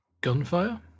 Gunfire